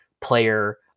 player